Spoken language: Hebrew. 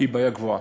היא בעיה גדולה,